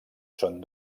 són